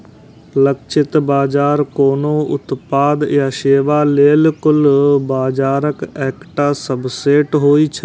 लक्षित बाजार कोनो उत्पाद या सेवा लेल कुल बाजारक एकटा सबसेट होइ छै